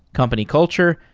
company culture,